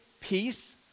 peace